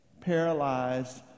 Paralyzed